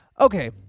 okay